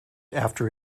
after